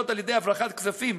על-ידי הברחת כספים